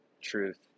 truth